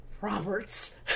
Roberts